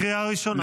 קריאה ראשונה.